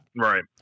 Right